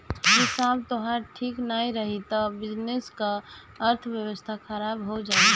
हिसाब तोहार ठीक नाइ रही तअ बिजनेस कअ अर्थव्यवस्था खराब हो जाई